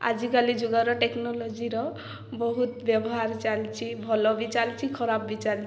ଆଜିକାଲି ଯୁଗର ଟେକ୍ନୋଲୋଜିର ବହୁତ ବ୍ୟବହାର ଚାଲିଛି ଭଲ ବି ଚାଲିଛି ଖରାପ ବି ଚାଲିଛି